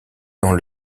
dans